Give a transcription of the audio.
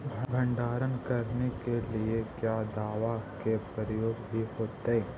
भंडारन करने के लिय क्या दाबा के प्रयोग भी होयतय?